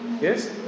Yes